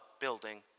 building